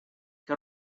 que